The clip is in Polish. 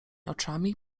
oczami